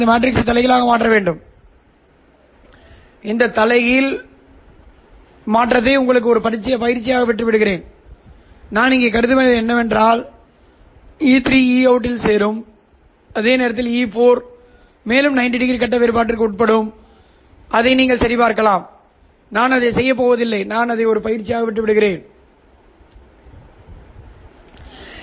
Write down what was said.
இந்த சமிக்ஞையை θs கண்காணிக்கும் வகையில் நீங்கள் இதைக் கட்டுப்படுத்தலாம் அதே சமயம் θs நடுநிலையான சமிக்ஞையாகும் உண்மையில் இது உள்வரும் சமிக்ஞையில் இருக்கும் மற்றொரு கட்டக் கூறுகளும் உள்ளன இது கட்ட சத்தம் என்று அழைக்கப்படுகிறது டிரான்ஸ்மிட் லேசர்களில் சரி